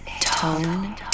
Tone